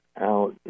out